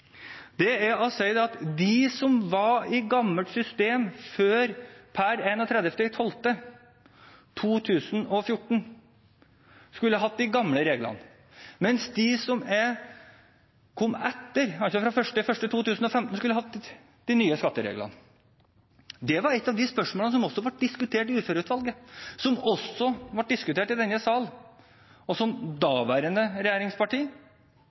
er å si at de som var i gammelt system før 31. desember 2014, skulle hatt de gamle reglene, mens de som kom etter, altså fra 1. januar 2015, skulle hatt de nye skattereglene. Det var et av de spørsmålene som også ble diskutert i Uføreutvalget, som også ble diskutert i denne sal, og de daværende